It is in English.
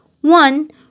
One